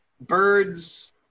birds